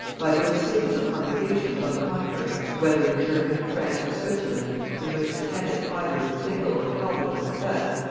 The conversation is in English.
by those cities or congregations, on the contrary whether in germany, france, or switzerland in which the tenets either of zwingle or calvin were professed,